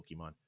Pokemon